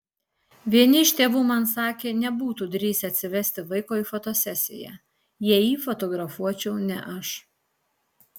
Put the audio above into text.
vieni iš tėvų man sakė nebūtų drįsę atsivesti vaiko į fotosesiją jei jį fotografuočiau ne aš